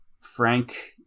Frank